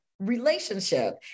relationship